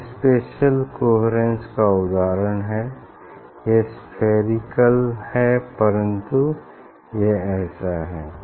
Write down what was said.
यह spatial coherence का उदाहरण हैं यह स्फेरिकल है परन्तु यह ऐसा है